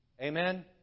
Amen